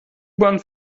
bahn